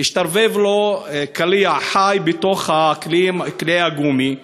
השתרבב לו קליע חי בין קליעי הגומי,